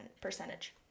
percentage